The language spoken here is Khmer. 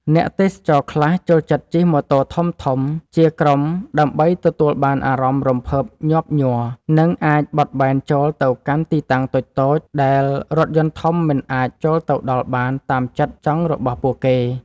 អ្នកទេសចរខ្លះចូលចិត្តជិះម៉ូតូធំៗជាក្រុមដើម្បីទទួលបានអារម្មណ៍រំភើបញាប់ញ័រ និង អាចបត់បែនចូលទៅកាន់ទីតាំងតូចៗដែលរថយន្តធំមិនអាចចូលទៅដល់បានតាមចិត្តចង់របស់ពួកគេ។